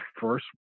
first